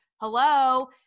Hello